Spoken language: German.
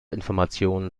informationen